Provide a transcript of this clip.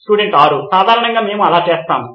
విద్యార్థి 6 సాధారణంగా మేము అలా చేస్తాము